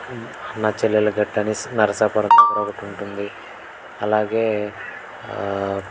అన్నాచెల్లెలు గట్టు అనేసి నరసాపురం దగ్గర ఒకటి ఉంటుంది అలాగే